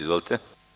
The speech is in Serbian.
Izvolite.